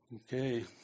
Okay